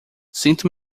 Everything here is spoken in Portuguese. sinto